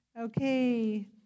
Okay